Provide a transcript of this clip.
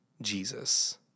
Jesus